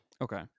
Okay